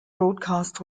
broadcast